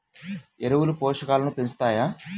ఎరువులు పోషకాలను పెంచుతాయా?